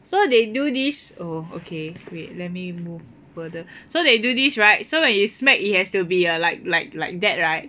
so they do this oh okay wait let me move further so they do this right so when you smack it has to be like like like that right